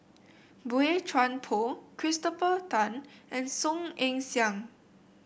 Boey Chuan Poh Christopher Tan and Song Ong Siang